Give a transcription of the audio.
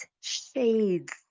shades